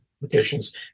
applications